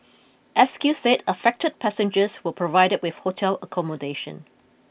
S Q said affected passengers were provided with hotel accommodation